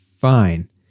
fine